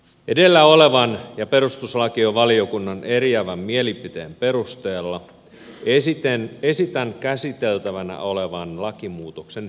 edellä olevan ja perustuslakivaliokunnan eriävän mielipiteen perusteella esitän käsiteltävänä olevan lakimuutoksen hylkäämistä